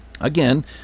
again